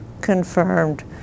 confirmed